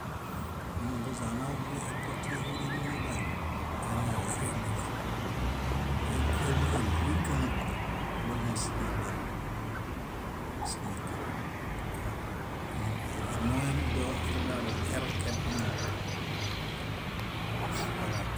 . Amimbuźanaw bíḃi epoti éġureminidae, añare éreɭelo. Doegiomiġáɭi kálũko, dóeñasineɭeġu. Mósimoekeren, aa- énoem doafiamiġaɭo eroken amooġo.